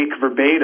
verbatim